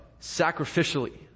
sacrificially